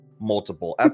multiple